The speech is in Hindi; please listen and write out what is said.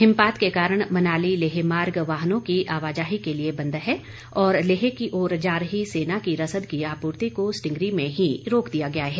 हिमपात के कारण मनाली लेह मार्ग वाहनों की आवाजाही के लिये बन्द है और लेह की ओर जा रही सेना की रसद की आपूर्ति को सिटिंगरी में ही रोक दिया गया है